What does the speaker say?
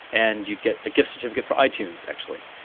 and you'd get a gift certificate for itunes actually.